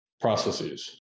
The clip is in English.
processes